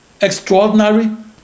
extraordinary